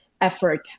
Effort